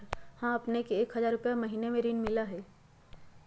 हां अपने के एक हजार रु महीने में ऋण मिलहई?